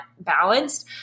balanced